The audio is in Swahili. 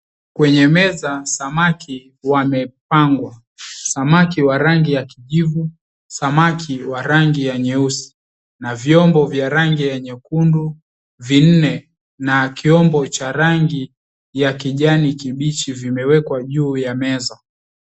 Kwenye meza, samaki wamepangwa. Samaki wa rangi ya kijivu, samaki wa rangi nyeusi na vyombo vya rangi ya nyekundu vinne na chombo cha rangin ya kijani kibichi vimewekwa juu ya meza.